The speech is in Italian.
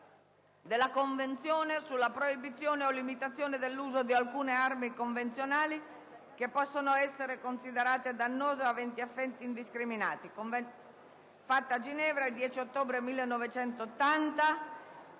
della Convenzione sulla proibizione o limitazione dell'uso di alcune armi convenzionali che possono essere considerate dannose o aventi effetti indiscriminati (*Convention on Certain